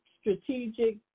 strategic